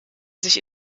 sich